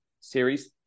series